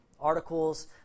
articles